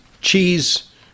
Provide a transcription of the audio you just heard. Cheese